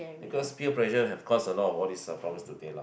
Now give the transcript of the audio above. because peer pressure have cause a lot of all this problems today lah